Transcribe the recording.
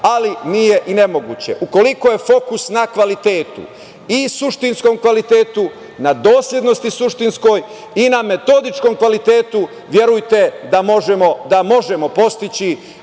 ali nije ni nemoguće. Ukoliko je fokus na kvalitetu i suštinskom kvalitetu, na doslednosti suštinskoj i na metodičkom kvalitetu, verujte da možemo postići